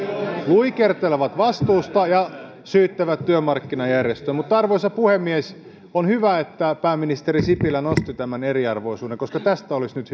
luikertelevat vastuusta ja syyttävät työmarkkinajärjestöjä mutta arvoisa puhemies on hyvä että pääministeri sipilä nosti esiin eriarvoisuuden koska tästä olisi nyt